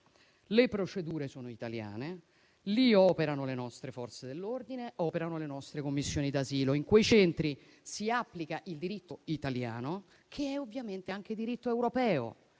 le procedure sono italiane, lì operano le nostre Forze dell'ordine, operano le nostre commissioni d'asilo. In quei centri si applica il diritto italiano, che è ovviamente anche diritto europeo.